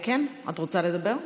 את רוצה לדבר?